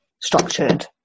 structured